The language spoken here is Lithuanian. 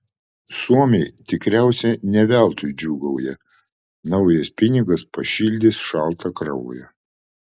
suomiai tikriausiai ne veltui džiūgauja naujas pinigas pašildys šaltą kraują